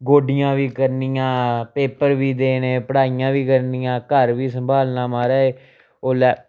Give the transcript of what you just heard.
गोड्डियां बी करनियां पेपर बी देने पढ़ाइयां बी करनियां घर बी संभालना महाराज ओल्लै